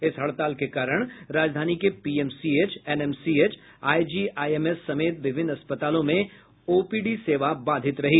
इस हड़ताल के कारण राजधानी के पीएमसीएच एनएमसीएच आईजीआईएमएस समेत विभिन्न अस्पतालों में ओपीडी सेवा बाधित रही